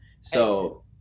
So-